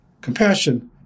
compassion